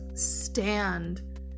stand